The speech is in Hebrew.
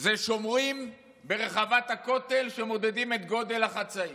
זה שומרים ברחבת הכותל שמודדים את אורך החצאית,